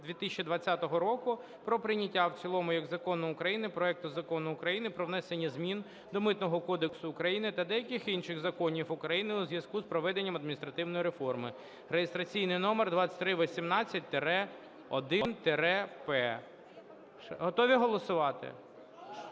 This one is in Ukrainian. року про прийняття в цілому як закону України проекту Закону України про внесення змін до Митного кодексу України та деяких інших законів України у зв'язку з проведенням адміністративної реформи (реєстраційний номер 2318-1-П). Готові голосувати?